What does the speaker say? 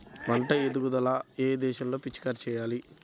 పంట ఎదుగుదల ఏ దశలో పిచికారీ చేయాలి?